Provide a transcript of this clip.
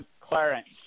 Clarence